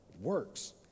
works